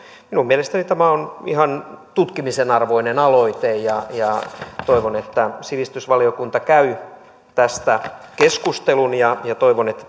minun mielestäni tämä on ihan tutkimisen arvoinen aloite toivon että sivistysvaliokunta käy tästä keskustelun ja ja toivon että